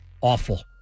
awful